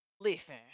listen